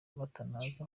batanazi